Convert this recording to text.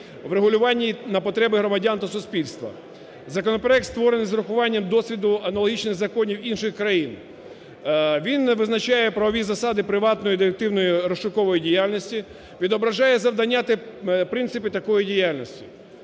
Він визначає правові засади приватної детективної розшукової діяльності, відображає завдання та принципи такої діяльності.